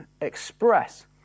express